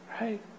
right